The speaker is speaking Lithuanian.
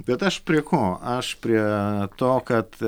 bet aš prie ko aš prie to kad